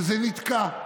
וזה נתקע.